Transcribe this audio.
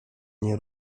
nie